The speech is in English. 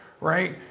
right